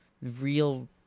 real